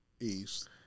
East